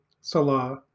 Salah